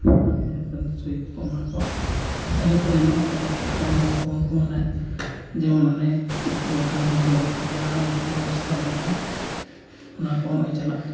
ᱨᱟᱱ ᱢᱩᱨᱜᱟᱹᱱ ᱥᱩᱭ ᱠᱚᱠᱚ ᱮᱢᱟ ᱠᱚᱣᱟ ᱤᱱᱟᱹ ᱯᱚᱨᱮ ᱱᱚᱜᱼᱚᱸᱭ ᱛᱚᱨᱟ ᱩᱱᱠᱩ ᱦᱚᱸ ᱱᱚᱜᱼᱚᱸᱭ ᱡᱮᱢᱚᱱ ᱚᱱᱮ ᱩᱱᱠᱩ ᱵᱟᱠᱷᱨᱟ ᱜᱚᱨᱵᱚᱵᱚᱛᱤ ᱡᱟᱦᱟᱸᱭ ᱩᱱᱠᱩ ᱵᱮᱵᱚᱥᱛᱷᱟ ᱢᱮᱱᱟᱜᱼᱟ ᱚᱱᱟ ᱠᱚ ᱦᱚᱸ ᱱᱚᱜᱼᱚᱸᱭ ᱪᱟᱞᱟᱜ